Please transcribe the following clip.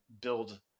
build